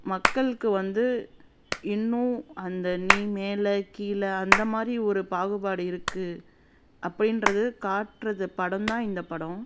மக்களுக்கு வந்து இன்னும் அந்த நீ மேலே கீழே அந்த மாதிரி ஒரு பாகுபாடு இருக்குது அப்படின்றது காட்டுறத படம் தான் இந்தப் படம்